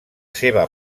seva